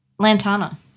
Lantana